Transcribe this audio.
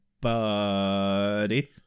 buddy